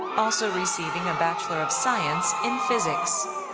also receiving a bachelor of science in physics.